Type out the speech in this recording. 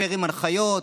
מפירים הנחיות.